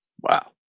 Wow